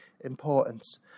importance